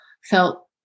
felt